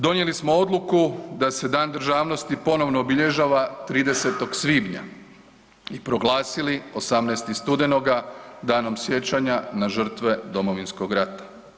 Donijeli smo odluku da se Dan državnosti ponovno obilježava 30. svibnja i proglasili 18. studenoga Danom sjećanja na žrtve Domovinskog rata.